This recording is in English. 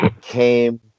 came